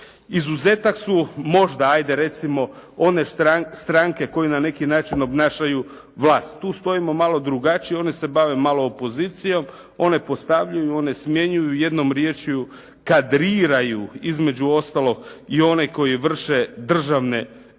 Izuzetak su možda ajde recimo one stranke koje na neki način obnašaju vlast. Tu stojimo malo drugačije, one se bave malo opozicijom, one postavljaju, one smjenjuju, jednom riječju kadriraju između ostalog i one koji vrše državnu reviziju